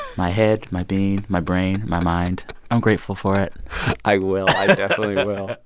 my head, my bean, my brain, my mind i'm grateful for it i will. i definitely will